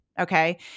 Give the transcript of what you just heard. Okay